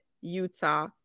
Utah